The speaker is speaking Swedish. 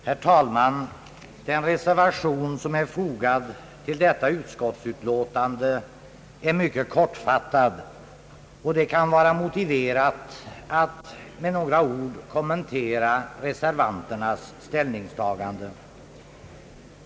Herr talman! Den reservation som är fogad till detta utskottsutlåtande är mycket kortfattad, och det kan vara motiverat att med några ord kommentera reservanternas ställningstagande.